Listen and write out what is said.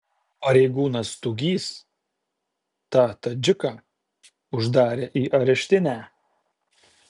pareigūnas stugys tą tadžiką uždarė į areštinę